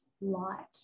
Light